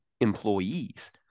employees